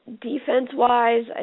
defense-wise